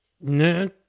No